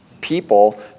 people